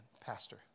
Pastor